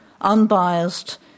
unbiased